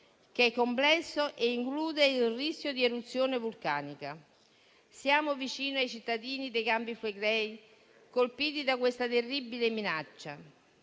che è complesso e include il rischio di eruzione vulcanica. Siamo vicini ai cittadini dei Campi Flegrei colpiti da questa terribile minaccia.